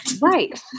Right